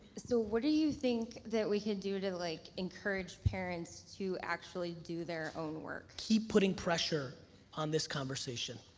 so, what do you think that we can do to like encourage parents to actually do their own work? keep putting pressure on this conversation.